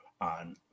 on